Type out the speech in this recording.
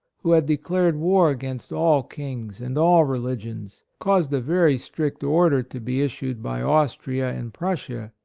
who had declared war against all kings and all religions, caused a very strict order to be issued by austria and prussia,